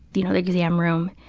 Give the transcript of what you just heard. the you know the exam room,